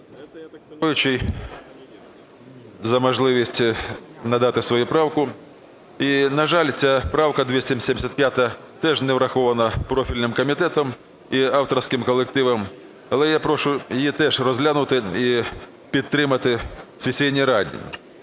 за можливість надати свою правку. І, на жаль, ця правка 275 теж не врахована профільним комітетом і авторським колективом. Але я прошу її теж розглянути і підтримати в сесійній залі.